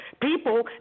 people